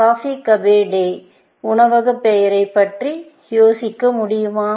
coffee cafe day உணவகப் பெயரைப் பற்றி யோசிக்க முடியுமா